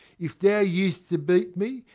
if thou use to beat me,